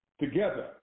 together